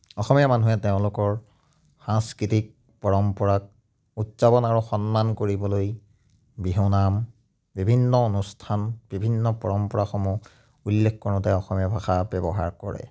অসমীয়া মানুহে তেওঁলোকৰ সাংস্কৃতিক পৰম্পৰাক উদযাপন আৰু সন্মান কৰিবলৈ বিহুনাম বিভিন্ন অনুষ্ঠান বিভিন্ন পৰম্পৰাসমূহ উল্লেখ কৰোঁতে অসমীয়া ভাষা ব্যৱহাৰ কৰে